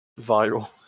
viral